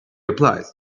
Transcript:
applies